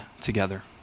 together